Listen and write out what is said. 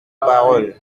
parole